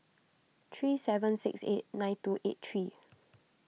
three seven six eight nine two eight three